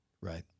Right